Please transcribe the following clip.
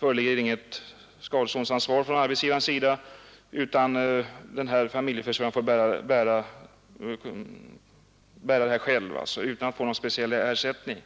föreligger inget skadeståndsansvar för arbetsgivaren, om sågklingan är försedd med skydd. Då får familjeförsörjaren själv bära ansvaret utan att få någon speciell ersättning.